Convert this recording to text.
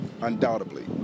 Undoubtedly